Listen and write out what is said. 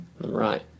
Right